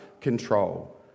control